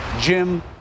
Jim